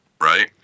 Right